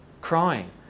crying